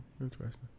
Interesting